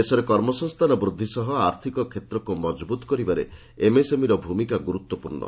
ଦେଶରେ କର୍ମସଂସ୍ଥାନ ବୃଦ୍ଧି ସହ ଆର୍ଥକ କ୍ଷେତ୍ରକୁ ମଜବୁତ୍ କରିବାରେ ଏମ୍ଏସ୍ଏମ୍ଇର ଭୂମିକା ଗୁରୁତ୍ୱପୂର୍ଣ୍ଣ